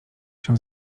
się